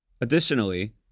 Additionally